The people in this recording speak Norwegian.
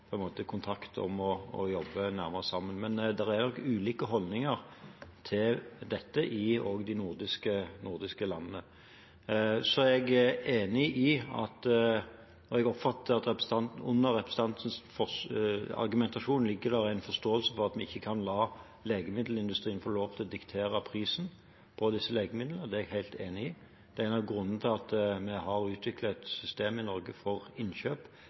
kontakt for å jobbe nærmere sammen. Men det er nok ulike holdninger til dette også i de nordiske landene. Jeg oppfatter at under representantens argumentasjon ligger det en forståelse for at vi ikke kan la legemiddelindustrien få lov til å diktere prisen på disse legemidlene, og det er jeg helt enig i. Det er en av grunnene til at vi i Norge har utviklet et system for innkjøp der vi kommer i